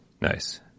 Nice